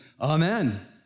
Amen